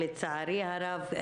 לצערי הרב,